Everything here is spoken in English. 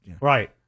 Right